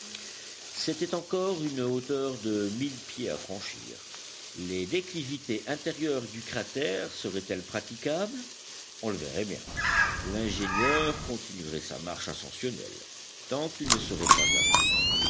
c'était encore une hauteur de mille pieds à franchir les déclivités intérieures du cratère seraient-elles praticables on le verrait bien l'ingénieur continuerait sa marche ascensionnelle tant qu'il ne serait pas arrêté